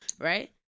right